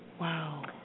Wow